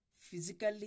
physically